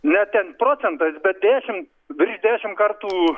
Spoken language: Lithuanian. ne ten procentais bet dešim virš dešim kartų